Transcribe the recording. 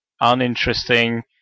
uninteresting